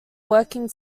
working